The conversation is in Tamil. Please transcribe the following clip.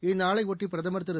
இந்நாளை ஒட்டி பிரதமர் திரு